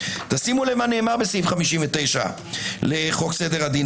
תשימו לב מה נאמר בסעיף 59 לחוק סדר הדין